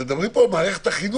אנחנו מדברים פה על מערכת החינוך,